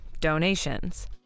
donations